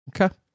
Okay